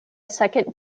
second